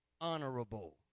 Honorable